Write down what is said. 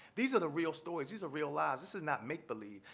these are the real stories. these are real lives. this is not make believe.